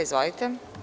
Izvolite.